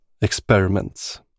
experiments